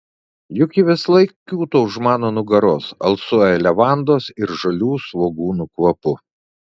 juk ji visąlaik kiūto už mano nugaros alsuoja levandos ir žalių svogūnų kvapu